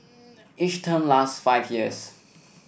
each term lasts five years